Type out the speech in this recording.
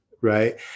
Right